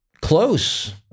close